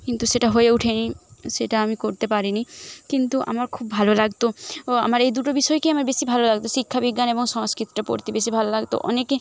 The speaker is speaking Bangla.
কিন্তু সেটা হয়ে ওঠেনি সেটা আমি করতে পারিনি কিন্তু আমার খুব ভালো লাগত ও আমার এই দুটো বিষয়কেই আমায় বেশি ভালো লাগত শিক্ষাবিজ্ঞান এবং সংস্কৃতটা পড়তে বেশি ভাল লাগত অনেকে